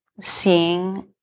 seeing